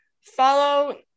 follow